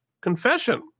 confession